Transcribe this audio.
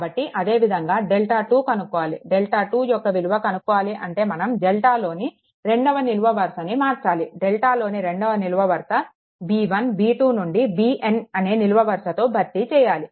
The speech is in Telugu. కాబట్టి అదేవిధంగా డెల్టా2 కనుక్కోవాలి డెల్టా2 యొక్క విలువ కనుక్కోవాలి అంటే మనం డెల్టాలోని రెండవ నిలువు వరుసని మార్చాలి డెల్టాలోని రెండవ నిలువు వరుసని b1 b2 నుండి bn అనే నిలువు వరుసతో భర్తీ చేయాలి